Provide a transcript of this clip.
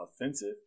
offensive